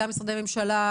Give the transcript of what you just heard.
גם משרדי ממשלה,